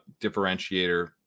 differentiator